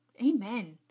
Amen